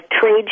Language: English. trade